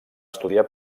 estudiar